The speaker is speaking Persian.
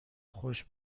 خوش